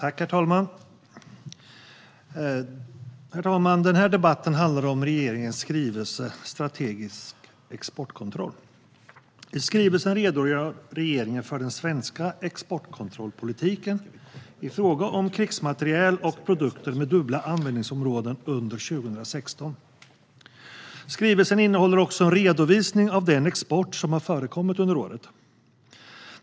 Herr talman! Den här debatten handlar om regeringens skrivelse om strategisk exportkontroll. I skrivelsen redogör regeringen för den svenska exportkontrollpolitiken i fråga om krigsmateriel och produkter med dubbla användningsområden under 2016. Skrivelsen innehåller också en redovisning av den export som har förekommit under året.